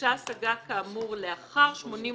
הוגשה השגה כאמור לאחר 83